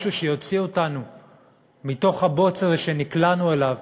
משהו שיוציא אותנו מתוך הבוץ הזה שנקלענו אליו,